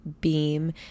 Beam